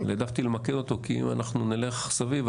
העדפתי למקד אותו כי אם אנחנו נלך סביב,